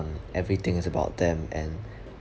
everything is about them and